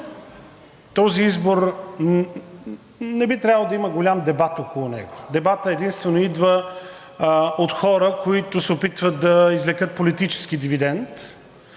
този избор не би трябвало да има голям дебат около него. Дебатът единствено идва от хора, които се опитват да извлекат политически дивидент,